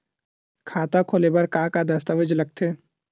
खाता खोले बर का का दस्तावेज लगथे?